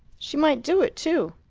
she might do it too!